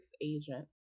agent